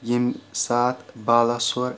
ییٚمہِ سات بالا سُر